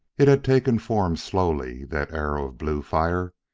it had taken form slowly, that arrow of blue fire,